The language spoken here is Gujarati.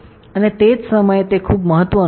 અને તે જ સમયે તે ખૂબ મહત્વનું છે